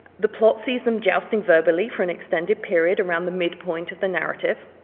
the plot sees them jousting verbally for an extended period around the midpoint of the narrative.